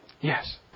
yes